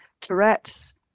Tourette's